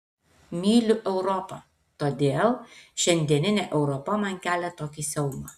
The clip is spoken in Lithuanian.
myliu europą todėl šiandieninė europa man kelia tokį siaubą